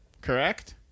Correct